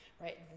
right